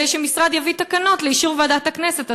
שמשרד יביא תקנות לאישור ועדת הכנסת.